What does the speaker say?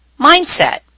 mindset